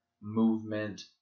movement